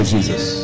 Jesus